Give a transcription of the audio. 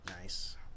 Nice